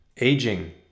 aging